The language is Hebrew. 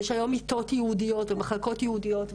ויש היום מיטות ייעודיות ומחלקות ייעודיות,